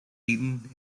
eton